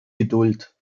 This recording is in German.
geduld